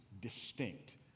distinct